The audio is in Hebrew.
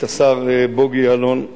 השר בוגי יעלון,